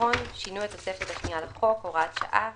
הון (שינוי התוספת השנייה לחוק) (הוראת שעה),